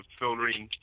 filtering